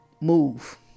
move